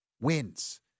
Wins